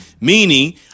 Meaning